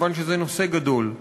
מכיוון שזה נושא גדול.